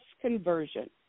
conversion